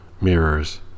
mirrors